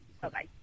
Bye-bye